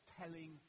telling